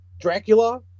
dracula